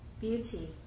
beauty